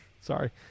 Sorry